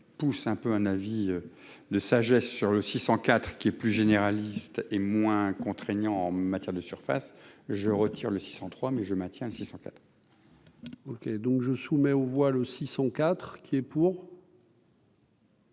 pousse un peu, un avis de sagesse sur le 600 IV qui est plus généraliste et moins contraignant en matière de surface, je retire le 600 trois mais je maintiens le six cent. OK, donc je soumets au voile aussi son IV qui est pour.